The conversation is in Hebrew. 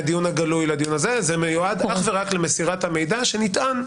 זה מיועד אך ורק למסירת המידע שנטען,